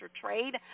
trade